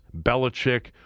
Belichick